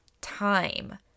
time